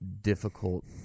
difficult